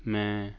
ਮੈਂ